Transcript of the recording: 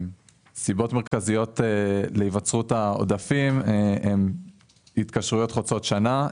הסיבות המרכזיות להיווצרות העודפים הן התקשרויות חוצות שנה,